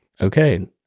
okay